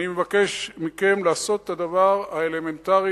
אני מבקש מכם לעשות את הדבר האלמנטרי,